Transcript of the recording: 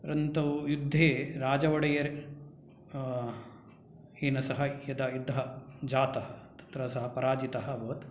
परन्तु युद्धे राज ओडेयर् तेन सह यदा युद्धः जातः तत्र सः पराजितः अभवत्